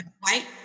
white